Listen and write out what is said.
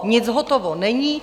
Nic hotovo není.